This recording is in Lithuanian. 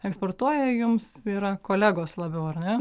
eksportuoja jums yra kolegos labiau ar ne